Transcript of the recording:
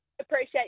Appreciate